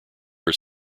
are